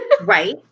Right